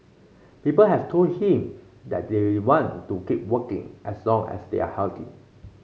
people have told him that they want to keep working as long as they are healthy